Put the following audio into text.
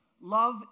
Love